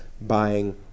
buying